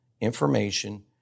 information